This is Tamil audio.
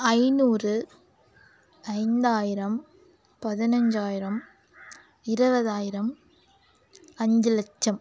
ஐநூறு ஐந்தாயிரம் பதினஞ்சாயிரம் இருபதாயிரம் அஞ்சு லட்சம்